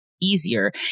easier